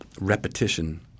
repetition